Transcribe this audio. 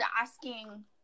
asking